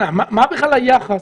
מה בכלל היחס,